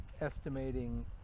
Estimating